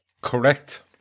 correct